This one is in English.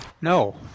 No